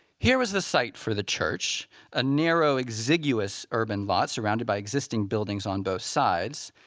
here is the site for the church a narrow, exiguous urban lot surrounded by existing buildings on both sides.